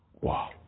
wow